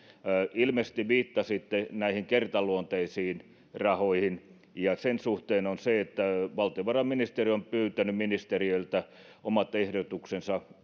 ilmeisesti viittasitte kertaluonteisiin rahoihin ja niiden suhteen on niin että valtiovarainministeri on pyytänyt ministeriöltä omat ehdotuksensa